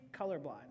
colorblind